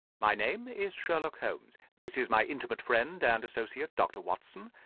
my name is sherlock holmes. this is my intimate friend and associate, dr. watson,